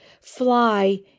fly